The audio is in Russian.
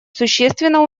существенно